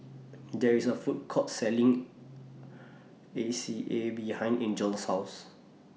There IS A Food Court Selling A C A behind Angel's House